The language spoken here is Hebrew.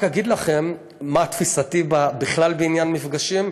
רק אגיד לכם מה תפיסתי בכלל, בעניין מפגשים,